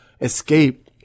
Escape